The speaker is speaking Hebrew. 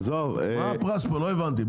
מה הפרס פה לא הבנתי?